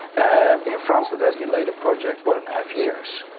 in france it has delayed a project one and a half years.